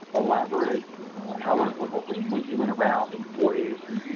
elaborate and howard whipple green when he went around in forty s and,